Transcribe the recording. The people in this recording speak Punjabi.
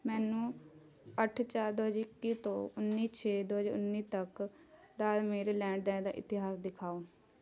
ਮੈਨੂੰ ਅੱਠ ਚਾਰ ਦੋ ਹਜ਼ਾਰ ਇੱਕੀ ਤੋਂ ਉੱਨੀ ਛੇ ਦੋ ਹਜ਼ਾਰ ਉੱਨੀ ਤੱਕ ਦਾ ਮੇਰੇ ਲੈਣ ਦੇਣ ਦਾ ਇਤਿਹਾਸ ਦਿਖਾਓ